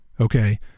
Okay